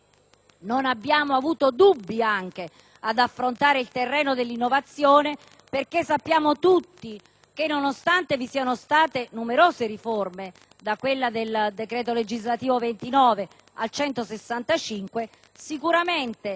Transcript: non abbiamo avuto dubbi ad affrontare il terreno dell'innovazione, perché sappiamo tutti che, nonostante vi siano state numerose riforme, da quella del decreto legislativo n. 29 del 1993 a